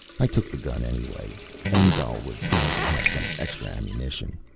i took the gun anyway engdahl would probably have some extra ammunition.